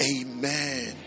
Amen